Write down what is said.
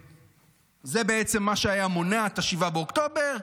זה בעצם מה שהיה מונע את 7 באוקטובר.